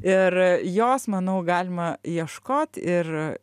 ir jos manau galima ieškot ir